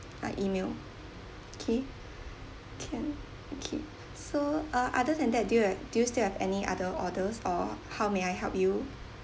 uh email okay can okay so uh other than that do you ha~ do you still have any other orders or how may I help you